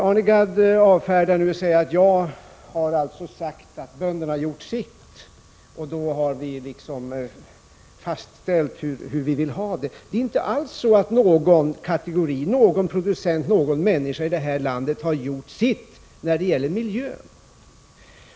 Arne Gadd avfärdade mig med att påstå att jag skulle ha sagt att bönderna har gjort sitt och att vi därmed har fastställt hur vi vill ha det. Det är inte alls så att någon kategori, någon producent, någon människa i det här landet har gjort sitt när det gäller miljön.